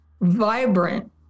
vibrant